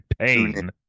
pain